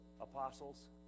apostles